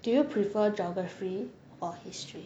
do you prefer geography or history